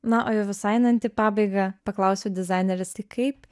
na o jau visai einant į pabaigą paklausiau dizainerės tai kaip